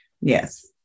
Yes